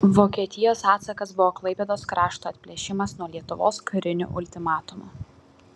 vokietijos atsakas buvo klaipėdos krašto atplėšimas nuo lietuvos kariniu ultimatumu